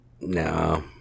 No